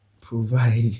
provide